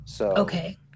Okay